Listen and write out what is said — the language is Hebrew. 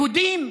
יהודים?